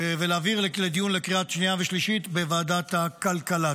ולהעביר לדיון לקראת קריאה שנייה ושלישית בוועדת הכלכלה.